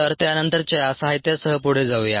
तर त्यानंतरच्या साहित्यासह पुढे जाऊया